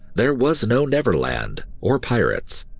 there was no neverland or pirates.